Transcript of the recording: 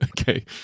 Okay